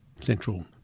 central